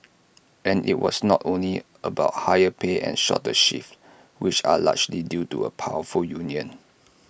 and IT was not only about higher pay and shorter shifts which are largely due to A powerful union